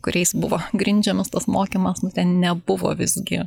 kuriais buvo grindžiamas tas mokymas nu ten nebuvo visgi